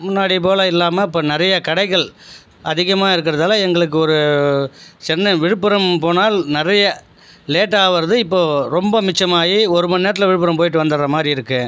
முன்னாடி போல் இல்லாமல் இப்போ நிறைய கடைகள் அதிகமாக இருக்கிறதால எங்களுக்கு ஒரு சென்னை விழுப்புரம் போனால் நிறைய லேட்டாக ஆவறது இப்போது ரொம்ப மிச்சமாகி ஒரு மணி நேரத்தில் விழுப்புரம் போயிட்டு வந்துடுற மாதிரி இருக்கு